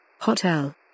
Hotel